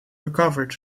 recovered